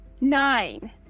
nine